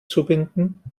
zubinden